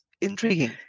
intriguing